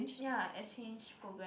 ya exchange program